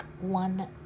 one